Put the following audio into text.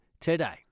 today